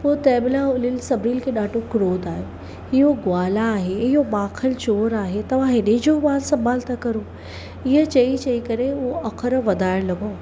पोइ तंहिंमहिल हुननि सभिनि खे ॾाढो क्रोध आयो इहो ग्वाला आहे इहो माखनचोरु आहे तव्हां हिन जो मान सम्मान त करो इहे चई चई करे उहो अख़र वधाइणु लॻो